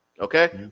okay